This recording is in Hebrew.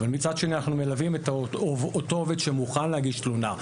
אבל מצד שאני אנחנו מלווים את אותו עובד שמוכן להגיש תלונה.